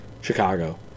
Chicago